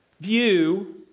view